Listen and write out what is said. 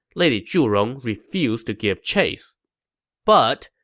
lady zhurong refused to give chase but,